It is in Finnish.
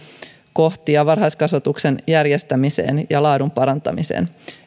yksittäisiä kohtia varhaiskasvatuksen järjestämiseksi ja laadun parantamiseksi